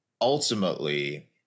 ultimately